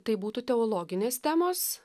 tai būtų teologinės temos